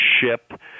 ship